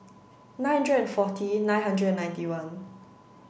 nine hundred forty nine hundred ninety one